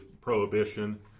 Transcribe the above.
prohibition